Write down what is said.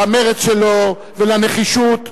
למרץ שלו ולנחישות,